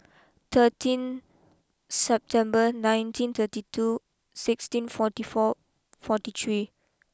thirteen September nineteen thirty two sixteen forty four forty three